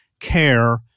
care